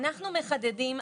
אנחנו מחדדים,